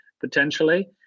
potentially